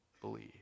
believe